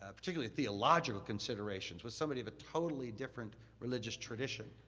ah particularly theological considerations, with somebody of a totally different religious tradition,